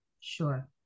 sure